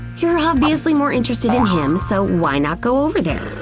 you're obviously more interested in him so why not go over there?